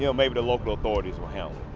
you know maybe the local authorities will handle